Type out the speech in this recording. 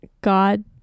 god